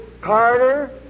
Carter